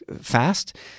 fast